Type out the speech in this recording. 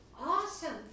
awesome